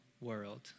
world